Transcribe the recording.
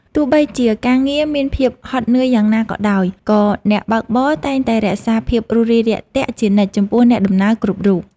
ទោះបីជាការងារមានភាពហត់នឿយយ៉ាងណាក៏ដោយក៏អ្នកបើកបរតែងតែរក្សាភាពរួសរាយរាក់ទាក់ជានិច្ចចំពោះអ្នកដំណើរគ្រប់រូប។